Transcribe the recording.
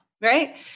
right